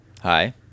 Hi